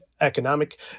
economic